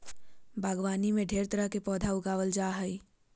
बागवानी में ढेर तरह के पौधा उगावल जा जा हइ